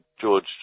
george